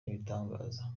n’ibitangaza